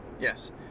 Yes